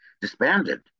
disbanded